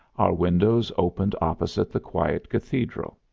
our windows opened opposite the quiet cathedral.